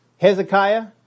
Hezekiah